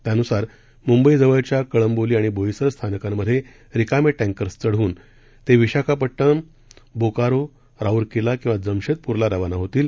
त्यानुसार मुंबईजवळच्या कळंबोली आणि बोईसर स्थानकांमधे रिकामे टँकर चढवून ते विशाखापट्टण बोकारो राउरकेला किंवा जमशेदपूरला रवाना होतील